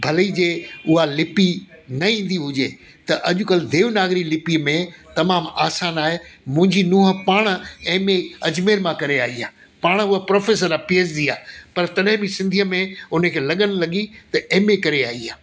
भले ई जे उहा लिपी न ईंदी हुजे त अॼुकल्ह देवनागरी लिपीअ में तमामु आसान आहे मुंजी नुंहुं पाण एमए अजमेर मां करे आई आ पाण उहा प्रोफैसर आहे पीएचडी आहे पर तॾहिं बि सिंधीअ में हुन खे लॻनि लॻी त एमए करे आई आहे